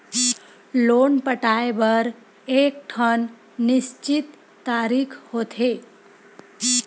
loan पटाए बर एकठन निस्चित तारीख होथे